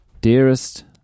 Dearest